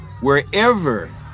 wherever